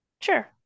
Sure